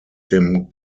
dem